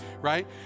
right